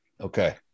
Okay